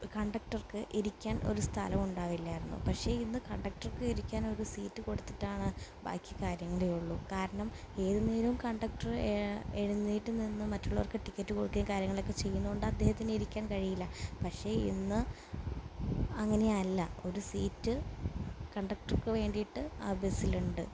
കണ്ടക്ടർക്ക് ഇരിക്കാൻ ഒരു സ്ഥലം ഉണ്ടാവില്ലായിരുന്നു പക്ഷേ ഇന്ന് കണ്ടക്ടർക്ക് ഇരിക്കാൻ ഒരു സീറ്റ് കൊടുത്തിട്ടാണ് ബാക്കി കാര്യങ്ങളേ ഉള്ളൂ കാരണം ഏതു നേരവും കണ്ടക്ടർ എഴുന്നേറ്റ് നിന്ന് മറ്റുള്ളവർക്ക് ടിക്കറ്റ് കൊടുക്കുകയും കാര്യങ്ങളൊക്കെ ചെയ്യുന്നതുകൊണ്ട് അദ്ദേഹത്തിന് ഇരിക്കാൻ കഴിയില്ല പക്ഷേ ഇന്ന് അങ്ങനെയല്ല ഒരു സീറ്റ് കണ്ടക്ടർക്ക് വേണ്ടിയിട്ട് ആ ബസ്സിലുണ്ട്